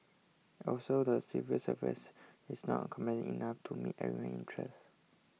also the civil service is not enough to meet everyone's interest